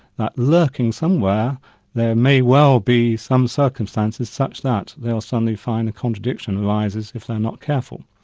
that lurking somewhere there may well be some circumstances such that they'll suddenly find a contradiction arises if they're not careful.